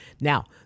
Now